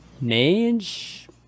Mage